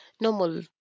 normal